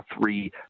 three